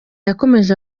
yakomeje